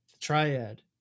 Triad